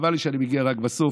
וחבל לי שאני מגיע רק בסוף,